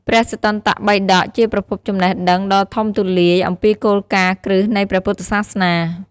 ព្រះសុត្តន្តបិដក ជាប្រភពចំណេះដឹងដ៏ធំទូលាយអំពីគោលការណ៍គ្រឹះនៃព្រះពុទ្ធសាសនា។